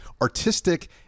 artistic